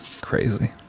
Crazy